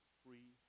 free